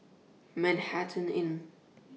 Manhattan Inn